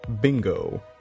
bingo